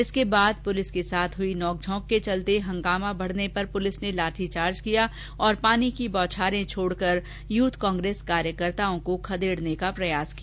इसके बाद पुलिस के साथ हई नोकझोंक के चलते हंगामा बढ़ने पर पुलिस ने लाठीचार्ज किया और पानी की बौछारें छोड़कर यूथ कांग्रेस कार्यकर्ताओं को खदेड़ने का प्रयास किया